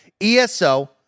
ESO